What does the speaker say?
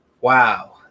wow